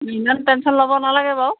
ইমান টেনশ্যন ল'ব নালাগে বাৰু